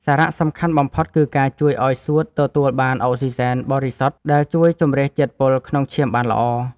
សារៈសំខាន់បំផុត គឺការជួយឱ្យសួតទទួលបានអុកស៊ីសែនបរិសុទ្ធ ដែលជួយជម្រះជាតិពុលក្នុងឈាមបានល្អ។